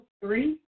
three